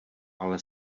ale